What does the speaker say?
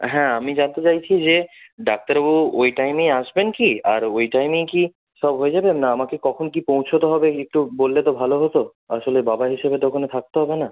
হ্যাঁ আমি জানতে চাইছি যে ডাক্তারবাবু ওই টাইমেই আসবেন কি আর ওই টাইমেই কি সব হয়ে যাবে না আমাকে কখন কী পৌঁছতে হবে একটু বললে তো ভালো হতো আসলে বাবা হিসেবে তো ওখানে থাকতে হবে না